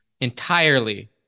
entirely